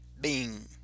bing